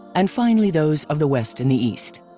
and finally, those of the west and the east.